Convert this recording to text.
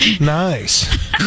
Nice